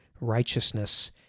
righteousness